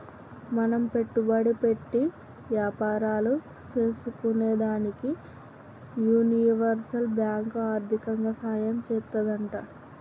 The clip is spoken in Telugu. మనం పెట్టుబడి పెట్టి యాపారాలు సేసుకునేదానికి యూనివర్సల్ బాంకు ఆర్దికంగా సాయం చేత్తాదంట